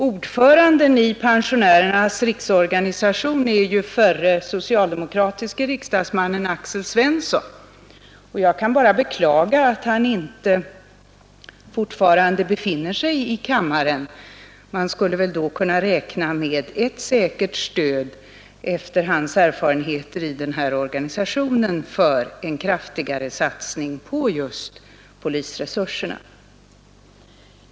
Ordförande i Pensionärernas riksorganisation är ju förre socialdemokratiske riksdagsmannen Axel Svensson, och jag kan bara beklaga att han inte fortfarande tillhör riksdagen. Man skulle väl då ha kunnat räkna med ett säkert stöd, efter hans erfarenheter i den här organisationen, för en kraftigare satsning på just polisresurserna.